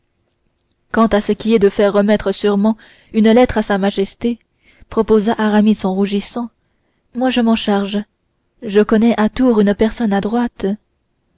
quant à ce qui est de faire remettre sûrement une lettre à sa majesté proposa aramis en rougissant moi je m'en charge je connais à tours une personne adroite